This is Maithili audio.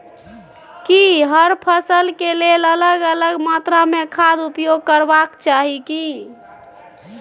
की हर फसल के लेल अलग अलग मात्रा मे खाद उपयोग करबाक चाही की?